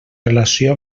relació